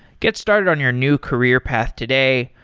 get started on your new career path today.